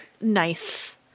nice